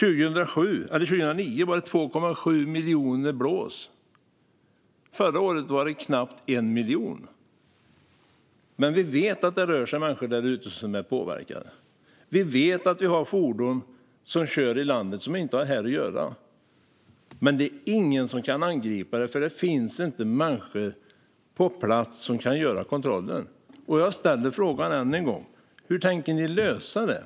Under 2009 skedde 2,7 miljoner blås. Förra året skedde knappt 1 miljon. Vi vet ju att det rör sig människor där ute som är påverkade. Vi vet att det finns fordon som kör här i landet men som inte har här att göra. Ingen kan dock angripa det eftersom det inte finns människor på plats som kan göra kontroller. Jag ställer min fråga än en gång: Hur tänker ni lösa detta?